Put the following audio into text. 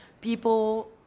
people